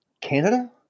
Canada